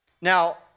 Now